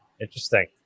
interesting